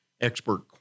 expert